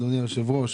אדוני היו"ר,